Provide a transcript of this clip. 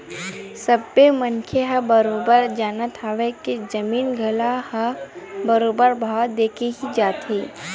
सबे मनखे ह बरोबर जानत हवय के जमीन जघा ह बरोबर भाव देके ही जाथे